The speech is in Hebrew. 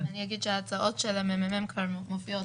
אני אגיד שההצעות של הממ"מ כבר מופיעות.